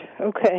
okay